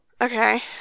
Okay